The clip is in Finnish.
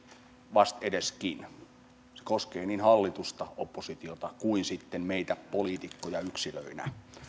vastedeskin se koskee niin hallitusta oppositiota kuin myös sitten meitä poliitikkoja yksilöinä